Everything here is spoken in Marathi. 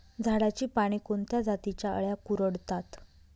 झाडाची पाने कोणत्या जातीच्या अळ्या कुरडतात?